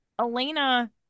elena